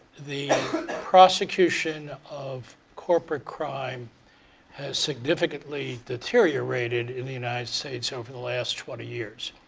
the prosecution of corporate crime has significantly deteriorated in the united states over the last twenty years.